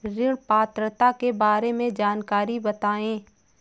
ऋण पात्रता के बारे में जानकारी बताएँ?